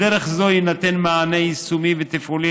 בדרך זו יינתן מענה יישומי ותפעולי